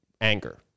anger